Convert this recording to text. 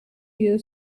you